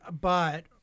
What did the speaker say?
but-